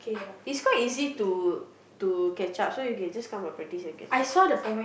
it's quite easy to to catch up so you can just come for practice and get start